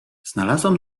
znalazłam